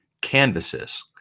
canvases